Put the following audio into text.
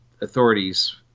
authorities